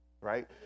Right